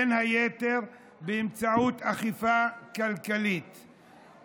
בין היתר באמצעות אכיפה כלכלית,